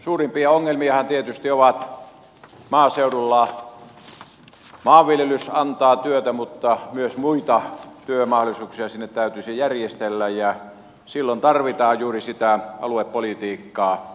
suurimpia ongelmiahan tietysti on maaseudulla se että vaikka maanviljelys antaa työtä myös muita työmahdollisuuksia sinne täytyisi järjestellä ja silloin tarvitaan juuri sitä aluepolitiikkaa